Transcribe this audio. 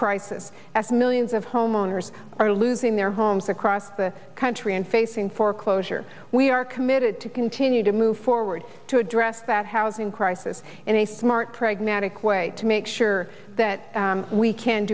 crisis as millions of homeowners are losing their homes across the country and facing foreclosure we are committed to continue to move forward to address that housing crisis in a smart pragmatic way to make sure that we can